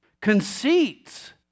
conceits